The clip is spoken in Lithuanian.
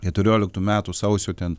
keturioliktų metų sausio ten